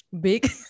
Big